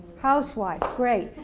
housewife great,